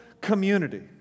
community